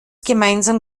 gemeinsam